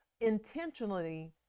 intentionally